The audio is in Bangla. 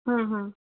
হুম হুম